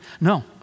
No